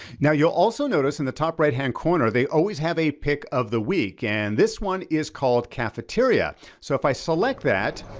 now you'll also notice in the top right-hand corner, they always have a pick of the week, and this one is called cafeteria. so if i select that,